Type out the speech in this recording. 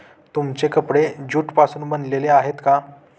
तुमचे कपडे ज्यूट पासून बनलेले आहेत का?